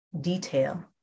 detail